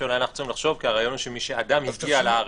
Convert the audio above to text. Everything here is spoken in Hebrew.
אדם מגיע לארץ,